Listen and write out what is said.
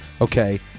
okay